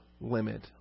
limit